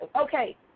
okay